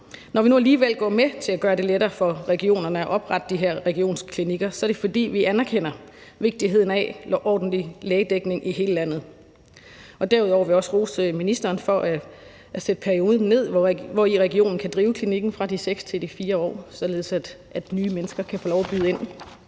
Når vi nu alligevel går med til at gøre det lettere for regionerne at oprette de her regionsklinikker, er det, fordi vi anerkender vigtigheden af ordentlig lægedækning i hele landet. Derudover vil jeg også rose ministeren for at sætte perioden ned, hvori regionen kan drive klinikken, fra de 6 til de 4 år, således at nye mennesker kan få lov at byde ind.